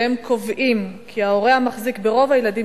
והם קובעים כי ההורה המחזיק ברוב הילדים